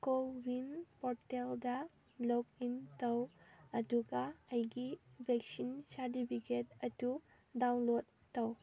CoWIN ꯄꯣꯔꯇꯦꯜꯗ login ꯇꯧ ꯑꯗꯨꯒ ꯑꯩꯒꯤ ꯚꯦꯛꯁꯤꯟ ꯁꯥꯔꯗꯤꯕꯤꯒꯦꯠ ꯑꯗꯨ ꯗꯥꯎꯟꯂꯣꯠ ꯇꯧ